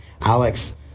Alex